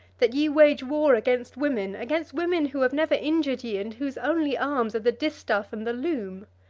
that ye wage war against women, against women who have never injured ye, and whose only arms are the distaff and the loom?